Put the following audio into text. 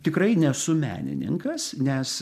tikrai nesu menininkas nes